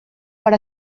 per